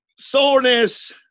soreness